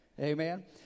Amen